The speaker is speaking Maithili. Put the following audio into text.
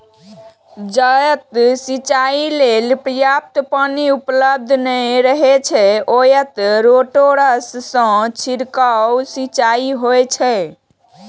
जतय सिंचाइ लेल पर्याप्त पानि उपलब्ध नै रहै छै, ओतय रोटेटर सं छिड़काव सिंचाइ होइ छै